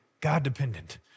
God-dependent